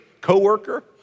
coworker